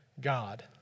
God